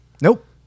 Nope